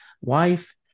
wife